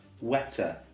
wetter